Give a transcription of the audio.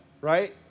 right